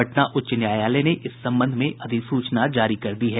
पटना उच्च न्यायालय ने इस संबंध में अधिसूचना जारी कर दी है